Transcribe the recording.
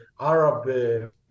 Arab